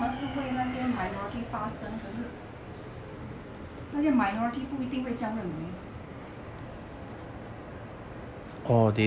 还是会为那些 minority 发声可是那些 minority 不一定会这样认为